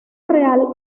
real